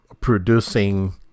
producing